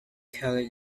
kelly